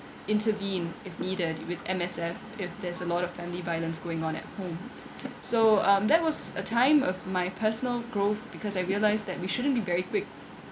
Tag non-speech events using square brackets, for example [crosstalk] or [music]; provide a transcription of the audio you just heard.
intervene if needed with M_S_F if there's a lot of family violence going on at home [noise] so um that was a time of my personal growth because I realised that we shouldn't be very quick